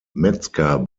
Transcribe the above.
metzger